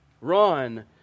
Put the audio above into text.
Run